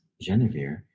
Genevieve